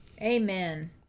Amen